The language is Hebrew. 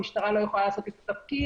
המשטרה לא יכולה לעשות התפקיד,